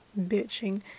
bitching